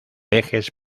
ejes